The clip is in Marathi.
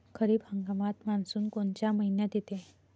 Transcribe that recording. खरीप हंगामात मान्सून कोनच्या मइन्यात येते?